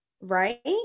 Right